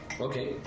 Okay